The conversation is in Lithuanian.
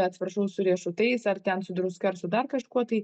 atsiprašau su riešutais ar ten su druska ar su dar kažkuo tai